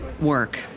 Work